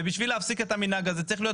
ובשביל להפסיק את המנהג הזה צריך להיות